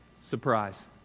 Surprise